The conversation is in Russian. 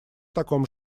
таком